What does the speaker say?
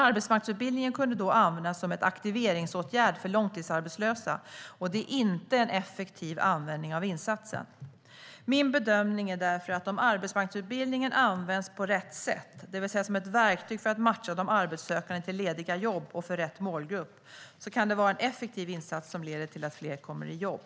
Arbetsmarknadsutbildningen kunde då användas som en aktiveringsåtgärd för långtidsarbetslösa, och det är inte en effektiv användning av insatsen. Min bedömning är därför att om arbetsmarknadsutbildningen används på rätt sätt, det vill säga som ett verktyg för att matcha de arbetssökande till lediga jobb och för rätt målgrupp, kan det vara en effektiv insats som leder till att fler kommer i jobb.